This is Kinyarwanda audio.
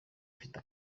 ifite